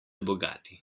bogati